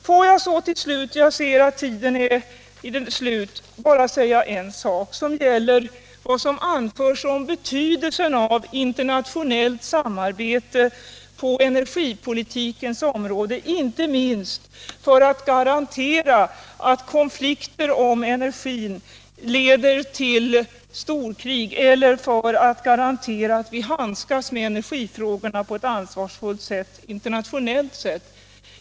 Får jag så till slut bara säga en sak som gäller vad som anförs om betydelsen av internationellt samarbete på energipolitikens område, inte minst för att garantera att konflikter om energin inte leder till storkrig eller för att garantera att vi handskas med energifrågorna på ett ansvarsfullt sätt internationellt sett.